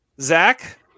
Zach